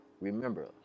Remember